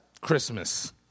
Christmas